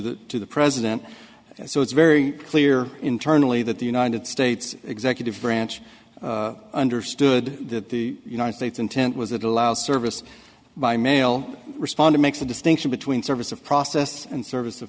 the to the president so it's very clear internally that the united states executive branch understood that the united states intent was it allows service by mail responding makes a distinction between service of process and service